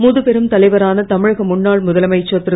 முதுபெரும் தலைவரான தமிழக முன்னாள் முதலமைச்சர் திரு